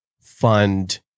fund